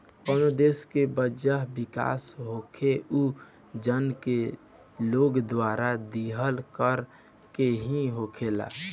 कवनो देश के वजह विकास होखेला उ ओइजा के लोग द्वारा दीहल कर से ही होखेला